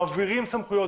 מעבירים סמכויות,